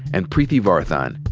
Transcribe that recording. and preeti varathan.